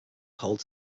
holds